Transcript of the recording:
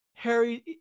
Harry